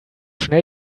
schnell